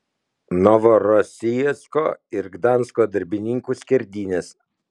novorosijsko ir gdansko darbininkų skerdynės